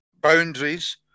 boundaries